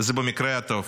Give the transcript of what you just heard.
במקרה הטוב.